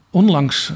onlangs